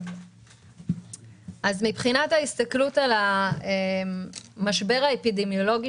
מבחינת ההסתכלות על המשבר האפידמיולוגי